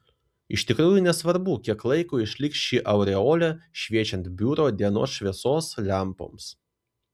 iš tikrųjų nesvarbu kiek laiko išliks ši aureolė šviečiant biuro dienos šviesos lempoms